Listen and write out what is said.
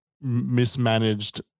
mismanaged